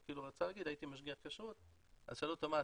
הוא רצה להגיד 'הייתי משגיח כשרות' אז שאלו אותו 'מה,